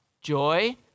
joy